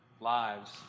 lives